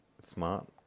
smart